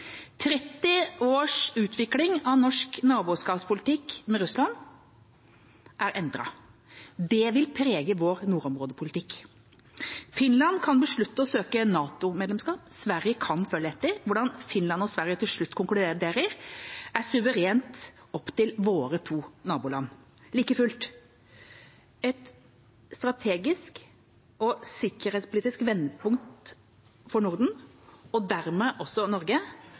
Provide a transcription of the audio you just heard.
30 års utvikling av norsk naboskapspolitikk med Russland er endret. Det vil prege vår nordområdepolitikk. Finland kan beslutte å søke NATO-medlemskap. Sverige kan følge etter. Hvordan Finland og Sverige til slutt konkluderer, er suverent opp til våre to naboland. Like fullt er et strategisk og sikkerhetspolitisk vendepunkt for Norden, og dermed også for Norge,